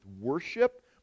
worship